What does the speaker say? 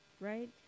right